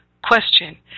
Question